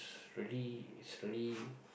really it's really